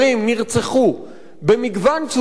נרצחו במגוון צורות,